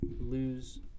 Lose